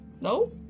No